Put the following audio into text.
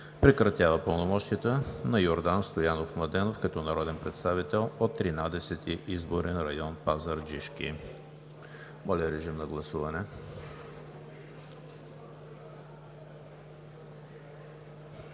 Прекратява пълномощията на Йордан Стоянов Младенов като народен представител от Тринадесети изборен район – Пазарджишки.“ Моля, режим на гласуване.